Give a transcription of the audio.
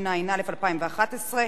התשע"א 2011,